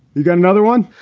you got another one?